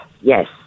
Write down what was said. Yes